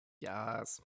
Yes